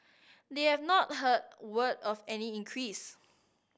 they have not heard word of any increase